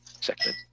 Second